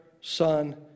Son